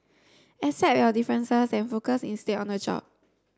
accept your differences and focus instead on the job